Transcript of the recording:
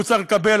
צריך לקבל.